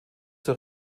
zur